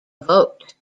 vote